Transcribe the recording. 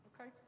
Okay